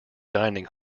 dining